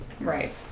Right